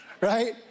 right